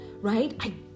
right